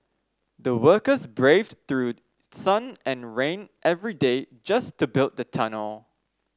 the workers braved through sun and rain every day just to build the tunnel